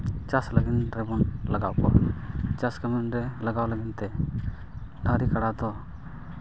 ᱪᱟᱥ ᱞᱟᱹᱜᱤᱫ ᱛᱮᱵᱚᱱ ᱞᱟᱜᱟᱣ ᱠᱚᱣᱟ ᱪᱟᱥ ᱠᱟᱹᱢᱤᱨᱮ ᱞᱟᱜᱟᱣ ᱞᱟᱹᱜᱤᱫ ᱛᱮ ᱰᱟᱹᱝᱨᱤ ᱠᱟᱰᱟ ᱫᱚ